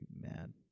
mad